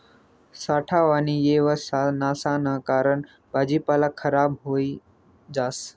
साठावानी येवस्था नसाना कारण भाजीपाला खराब व्हयी जास